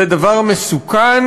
זה דבר מסוכן,